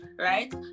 right